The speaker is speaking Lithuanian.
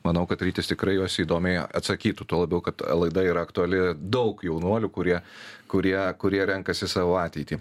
manau kad rytis tikrai į juos įdomiai atsakytų tuo labiau kad laida yra aktuali daug jaunuolių kurie kurie kurie renkasi savo ateitį